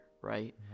right